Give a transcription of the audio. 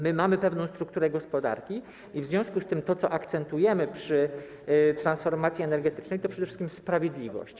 My mamy pewną strukturę gospodarki i w związku z tym to, co akcentujemy przy transformacji energetycznej, to przede wszystkim sprawiedliwość.